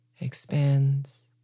expands